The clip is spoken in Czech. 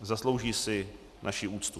Zaslouží si naši úctu.